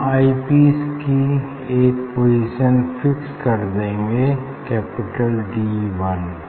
हम eyepiece की एक पोजीशन फिक्स कर देंगे कैपिटल डी वन